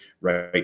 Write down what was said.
Right